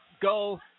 go